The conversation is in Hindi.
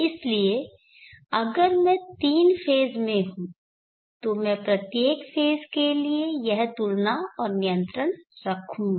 इसलिए अगर मैं तीन फेज़ में हूं तो मैं प्रत्येक फेज़ के लिए यह तुलना और नियंत्रण रखूंगा